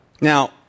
Now